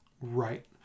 Right